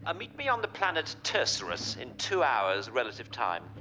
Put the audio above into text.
ah meet me on the planet tursurus in two hours, relative time.